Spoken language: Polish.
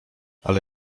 ale